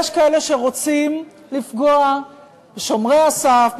יש כאלה שרוצים לפגוע בשומרי הסף,